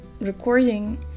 recording